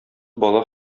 бала